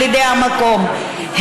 ילידי המקום,